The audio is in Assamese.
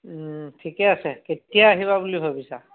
ঠিকে আছে কেতিয়া আহিবা বুলি ভাবিছা